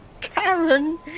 Karen